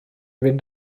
fynd